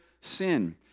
sin